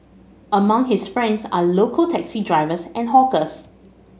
among his friends are local taxi drivers and hawkers